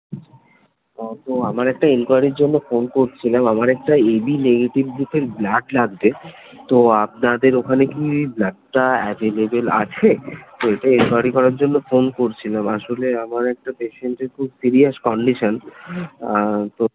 ও তো আমার একটা এনকয়ারির জন্য ফোন করছিলাম আমার একটা এ বি নেগেটিভ গ্রুপের ব্লাড লাগবে তো আপনাদের ওখানে কি ব্লাডটা অ্যাভেলেবেল আছে তো এটা এনকোয়ারি করার জন্য ফোন করছিলাম আসলে আমার একটা পেশেন্টের খুব সিরিয়াস কন্ডিশান তো